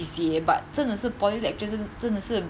or C_C_A but 真的是 poly lecturers 是真的是